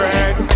Red